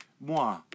Moi